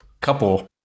couple